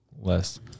less